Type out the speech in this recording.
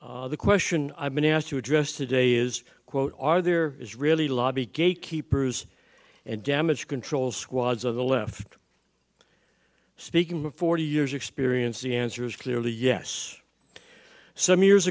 the question i've been asked to address today is quote are there is really lobby gate keepers and damage control squads of the left speaking of forty years experience the answer is clearly yes some years